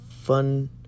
fun